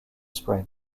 spring